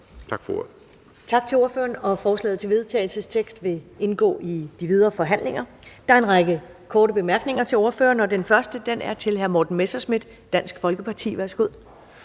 Ellemann): Tak til ordføreren. Forslaget til vedtagelse vil indgå i de videre forhandlinger. Der er en række korte bemærkninger til ordføreren, og den første er fra hr. Morten Messerschmidt, Dansk Folkeparti. Værsgo.